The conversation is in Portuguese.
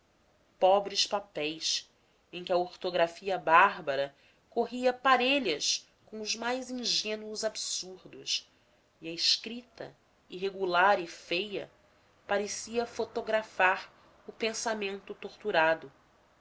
pobres papéis em que a ortografia bárbara corria parelha com os mais ingênuos absurdos e a escrita irregular e feia parecia fotografar o pensamento torturado